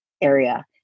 area